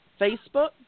Facebook